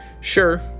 Sure